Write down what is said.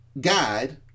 guide